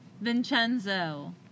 vincenzo